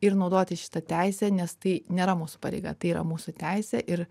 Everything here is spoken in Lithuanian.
ir naudotis šita teise nes tai nėra mūsų pareiga tai yra mūsų teisė ir